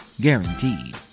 Guaranteed